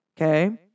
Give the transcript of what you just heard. Okay